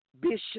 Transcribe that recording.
Bishop